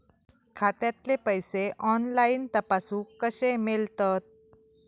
खात्यातले पैसे ऑनलाइन तपासुक कशे मेलतत?